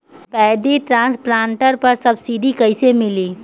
Paddy transplanter पर subsidy कैसे मिली?